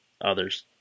others